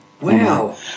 Wow